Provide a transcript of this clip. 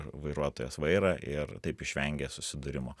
vairuotojas vairą ir taip išvengė susidūrimo